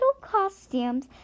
costumes